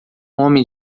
homem